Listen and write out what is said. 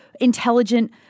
intelligent